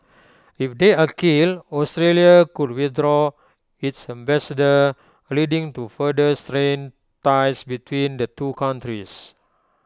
if they are killed Australia could withdraw its ambassador leading to further strained ties between the two countries